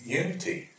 unity